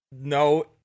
no